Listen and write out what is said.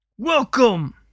welcome